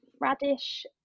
radish